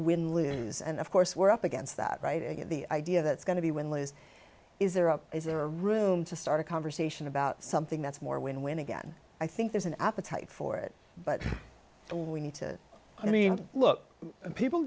win lose and of course we're up against that right and the idea that it's going to be when liz is there is there room to start a conversation about something that's more win win again i think there's an appetite for it but we need to i mean look people